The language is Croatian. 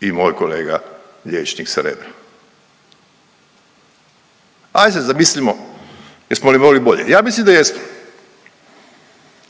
i moj kolega liječnik sa Rebra. Ajde zamislimo jesmo li mogli bolje? Ja mislim da jesmo.